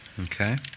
Okay